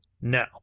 no